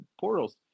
Portals